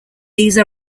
these